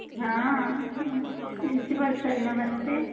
हाँ principal sir नमस्ते